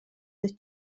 the